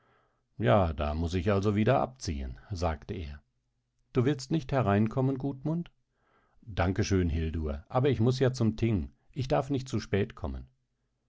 ja da muß ich also wieder abziehen sagte er du willst nicht hereinkommen gudmund danke schön hildur aber ich muß ja zum thing ich darf nicht zu spät kommen